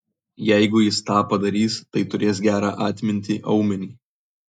jeigu jis tą padarys tai turės gerą atmintį aumenį